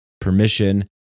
permission